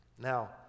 Now